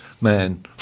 man